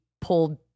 Pulled